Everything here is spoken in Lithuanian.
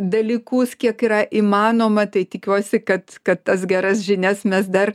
dalykus kiek yra įmanoma tai tikiuosi kad kad tas geras žinias mes dar